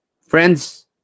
Friends